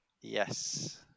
Yes